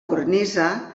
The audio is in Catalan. cornisa